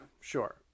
Sure